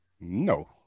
No